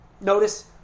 Notice